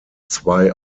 zwei